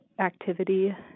activity